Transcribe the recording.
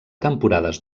temporades